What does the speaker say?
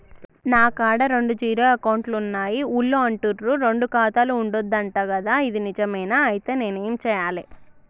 నా కాడా రెండు జీరో అకౌంట్లున్నాయి ఊళ్ళో అంటుర్రు రెండు ఖాతాలు ఉండద్దు అంట గదా ఇది నిజమేనా? ఐతే నేనేం చేయాలే?